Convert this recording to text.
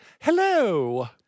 Hello